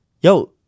yo